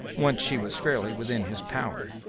once she was fairly within his power.